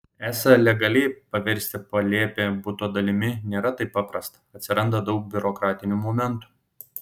esą legaliai paversti palėpę buto dalimi nėra taip paprasta atsiranda daug biurokratinių momentų